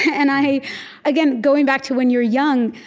and i again, going back to when you're young,